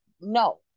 no